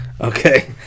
Okay